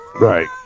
Right